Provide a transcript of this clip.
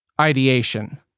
ideation